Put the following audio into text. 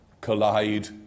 collide